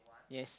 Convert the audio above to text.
yes